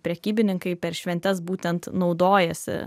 prekybininkai per šventes būtent naudojasi